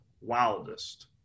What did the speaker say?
Wildest